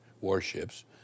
warships